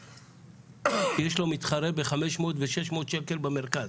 כי יש לו מתחרה ב-500 ו-600 שקל במרכז.